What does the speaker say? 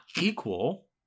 equal